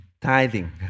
tithing